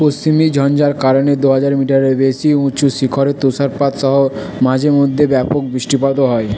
পশ্চিমী ঝঞ্ঝার কারণে দু হাজার মিটারের বেশি উঁচু শিখরে তুষারপাত সহ মাঝে মধ্যে ব্যাপক বৃষ্টিপাতও হয়